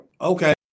okay